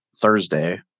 Thursday